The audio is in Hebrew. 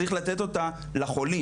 צריך לתת אותה לחולים,